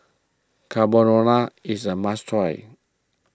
Carbonara is a must try